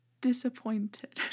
disappointed